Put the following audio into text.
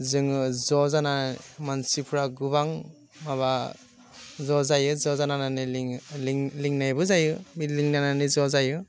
जोङो ज' जाना मानसिफ्रा गोबां माबा ज' जायो ज' जानानै लिङो लिंनायबो जायो बि लिंलायनानै ज' जायो